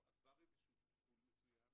או עבר טיפול מסוים,